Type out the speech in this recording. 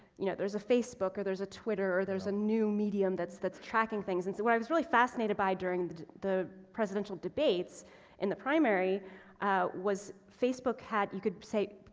you know, there's a facebook or there's a twitter or there's a new medium that's, that's tracking things. and so what i was really fascinated by during the, the presidential debates and the primary was facebook had, you could say,